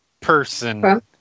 person